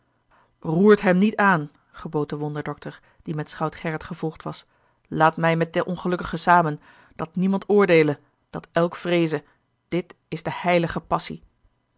roert hem niet aan gebood de wondre dokter die met schout gerrit gevolgd was laat mij met den ongelukkige samen dat niemand oordeele dat elk vreeze dit is de heilige passie